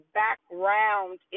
background